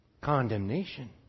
condemnation